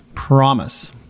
promise